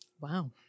Wow